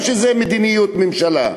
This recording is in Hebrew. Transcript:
או שזו מדיניות הממשלה?